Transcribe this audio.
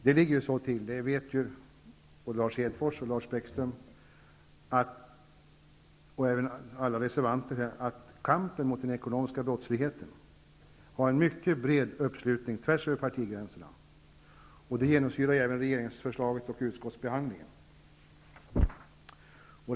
Det ligger ju till så -- vilket reservanterna mycket väl känner till -- att kampen mot den ekonomiska brottsligheten har en mycket bred uppslutning tvärs över partigränserna, och detta genomsyrar även regeringsförslaget och utskottsbehandlingen.